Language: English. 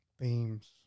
Themes